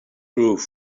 roof